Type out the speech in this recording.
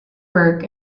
work